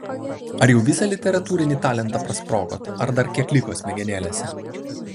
ar jau visą literatūrinį talentą prasprogot ar dar kiek liko smegenėlėse